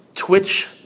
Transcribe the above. twitch